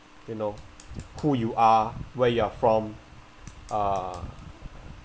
you know who you are where you are from uh